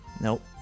Nope